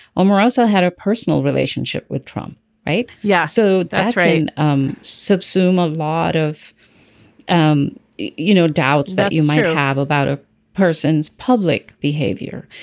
omarosa had a personal relationship with trump right. yeah so that's right um subsume a lot of um you know doubts that you might have about a person's public behavior.